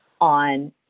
on